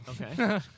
Okay